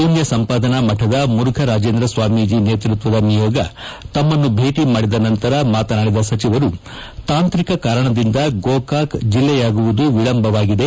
ಶೂನ್ನ ಸಂಪಾದನ ಮಠದ ಮುರುಫರಾಜೇಂದ್ರ ಸ್ವಾಮೀಜಿ ನೇತೃತ್ವ ನಿಯೋಗ ತಮ್ಮನ್ನು ಭೇಟಿ ಮಾಡಿದ ನಂತರ ಮಾತನಾಡಿದ ಸಚಿವರು ತಾಂತ್ರಿಕ ಕಾರಣದಿಂದ ಗೋಕಾಕ್ ಜಿಲ್ಲೆಯಾಗುವುದು ವಿಳಂಬವಾಗಿದೆ